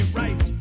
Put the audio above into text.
right